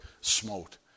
smote